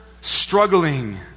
struggling